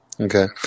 Okay